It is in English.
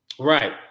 Right